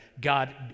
God